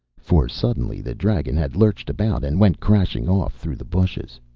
for suddenly the dragon had lurched about and went crashing off through the bushes.